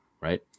right